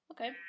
Okay